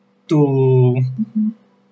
to